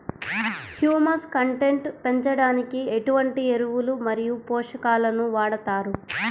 Humus content పెంచడానికి ఎటువంటి ఎరువులు మరియు పోషకాలను వాడతారు?